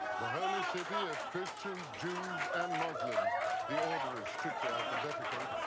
the holy city of christians, jews, and muslims the order is strictly alphabetical.